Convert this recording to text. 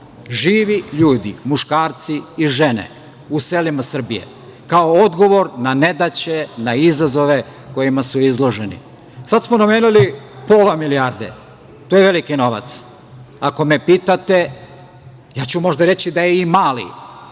živi ljudi, muškarci i žene, u selima Srbije, kao odgovor na nedaće na izazove kojima su izloženi. Sad smo namenili pola milijarde, to je veliki novac, i ako me pitate, ja ću možda reći i da je mali